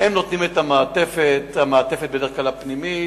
הם נותנים את המעטפת, את המעטפת בדרך כלל הפנימית,